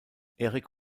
eric